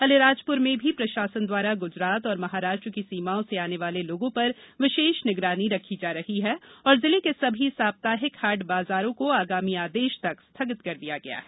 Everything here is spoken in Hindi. अलीराजप्र में भी प्रशासन द्वारा गुजरात और महाराष्ट्र की सीमाओं से आने वाले लोगों पर विशेष निगरानी रखी जा रही है और जिले के सभी साप्ताहिक हाट बाजारों को आगामी आदेश तक स्थगित कर दिया गया है